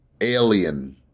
alien